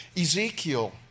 Ezekiel